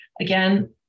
again